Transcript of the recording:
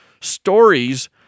stories